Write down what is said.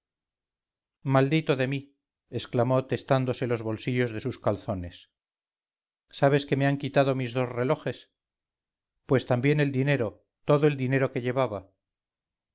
maldito de mí exclamó tentándose los bolsillos de sus calzones sabes que me han quitado mis dos relojes pues también el dinero todo el dinero que llevaba